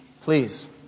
Please